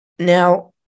Now